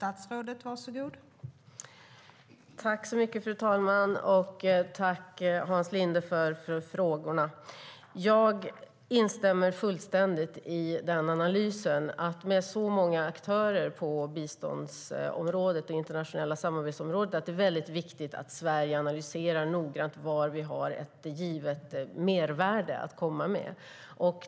Fru talman! Jag tackar Hans Linde för frågorna. Jag instämmer fullständigt i analysen att med så många aktörer på biståndsområdet, det internationella samarbetsområdet, är det mycket viktigt att Sverige noga analyserar var vi har ett givet mervärde att komma med.